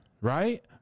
right